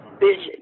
Vision